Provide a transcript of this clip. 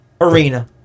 arena